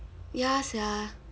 ya sia